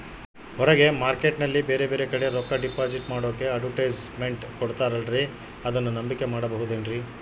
ಹೊರಗೆ ಮಾರ್ಕೇಟ್ ನಲ್ಲಿ ಬೇರೆ ಬೇರೆ ಕಡೆ ರೊಕ್ಕ ಡಿಪಾಸಿಟ್ ಮಾಡೋಕೆ ಅಡುಟ್ಯಸ್ ಮೆಂಟ್ ಕೊಡುತ್ತಾರಲ್ರೇ ಅದನ್ನು ನಂಬಿಕೆ ಮಾಡಬಹುದೇನ್ರಿ?